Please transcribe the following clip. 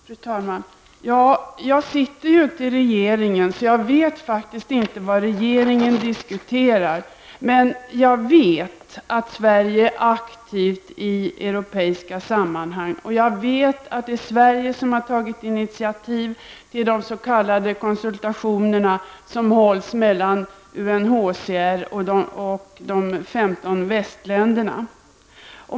Fru talman! Jag sitter ju inte i regeringen, så jag vet faktiskt inte vad regeringen diskuterar. Men jag vet att Sverige är aktivt i europeiska sammanhang och att det är Sverige som har tagit iniativet till de s.k. konsultationer som hålls mellan UNHCR och de femton västländerna.